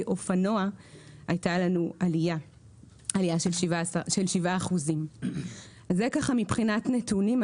אופנוע הייתה לנו עלייה של 7%. זה ככה מבחינת נתונים.